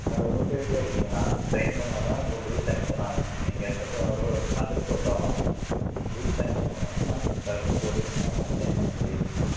அது உங்கள் கையில் தான் இருக்கு நான் சைன் பண்ணால் தான் உங்கள் பில் சான்ஷன் ஆகும் நீங்கள் எத்தனை கான்ராக்ட் போட்டாலும் பில் சான்ஷன் பண்ணணும்னா நீங்கள் கரெக்டாக போட்டீங்கனா தான் நான் சைன் பண்ண முடியுங்க